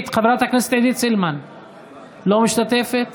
לא משתתפת